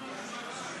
הקואליציה,